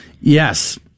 Yes